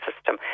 system